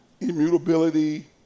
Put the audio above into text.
immutability